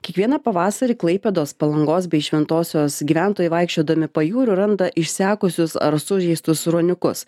kiekvieną pavasarį klaipėdos palangos bei šventosios gyventojai vaikščiodami pajūriu randa išsekusius ar sužeistus ruoniukus